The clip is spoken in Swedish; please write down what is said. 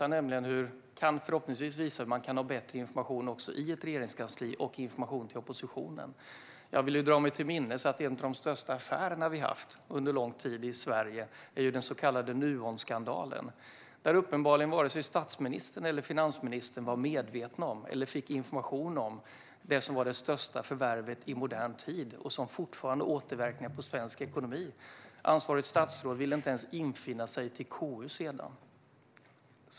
Den kan förhoppningsvis visa hur man kan ha bättre information också i ett regeringskansli och information till oppositionen. Jag vill dra mig till minnes att en av de största affärerna vi haft på länge i Sverige är den så kallade Nuonskandalen, där uppenbarligen varken statsministern eller finansministern var medvetna om eller fick information om det som var det största förvärvet i modern tid och som fortfarande har återverkningar på svensk ekonomi. Sedan ville ansvarigt statsråd inte ens infinna sig i KU.